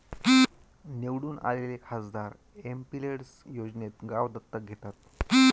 निवडून आलेले खासदार एमपिलेड्स योजनेत गाव दत्तक घेतात